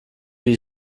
wie